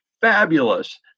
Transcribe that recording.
fabulous